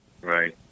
right